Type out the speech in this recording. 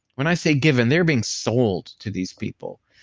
when i say given, they're being sold to these people.